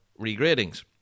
regradings